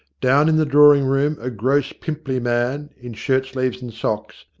down in the drawing-room a gross, pimply man, in shirt-sleeves and socks,